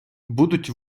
будуть